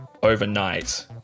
overnight